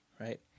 right